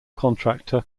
contractor